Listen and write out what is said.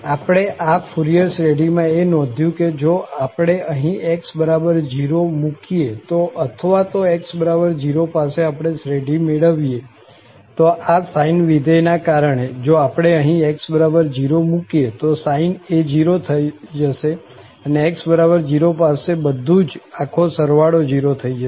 આપણે આ ફુરિયર શ્રેઢીમાં એ નોધ્યું કે જો આપણે અહીં x0 મુકીએ તો અથવા તો x0 પાસે આપણે શ્રેઢી મેળવીએ તો આ sine વિધેય ના કારણે જો આપણે અહીં x0 મુકીએ તો sine એ 0 થઇ જશે અને x0 પાસે બધું જ આખો સરવાળો 0 થઇ જશે